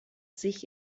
sich